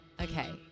Okay